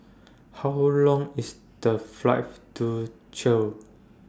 How Long IS The Flight to chill